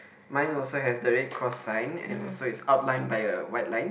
mine also has the red cross sign and also it's outline by a white line